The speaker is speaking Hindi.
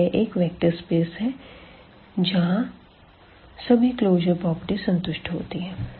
तो यह एक वेक्टर स्पेस है जहाँ सभी क्लोजर प्रॉपर्टीज संतुष्ट होती है